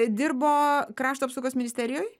dirbo krašto apsaugos ministerijoj